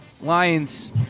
Lions